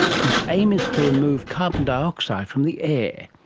whose aim is to remove carbon dioxide from the air,